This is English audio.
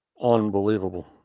Unbelievable